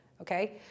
okay